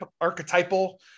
archetypal